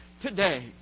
today